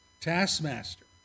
taskmaster